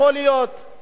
הקימו ועדה,